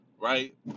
right